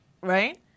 right